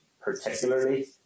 particularly